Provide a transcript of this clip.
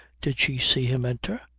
did she see him enter?